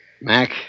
Mac